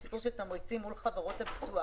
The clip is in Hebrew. הוא הסיפור של תמריצים מול חברות הביטוח.